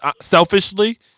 selfishly